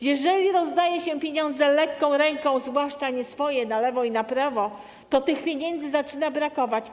Jeżeli rozdaje się pieniądze lekką ręką, zwłaszcza nieswoje, na lewo i na prawo, to pieniędzy zaczyna brakować.